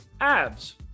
Abs